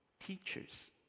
teachers